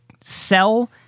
sell